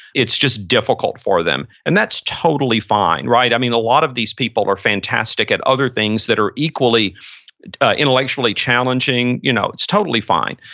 it's just difficult for them. and that's totally fine i mean, a lot of these people are fantastic at other things that are equally intellectually challenging. you know it's totally fine.